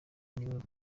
n’ibihugu